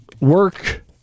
Work